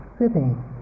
sitting